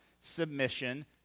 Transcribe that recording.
submission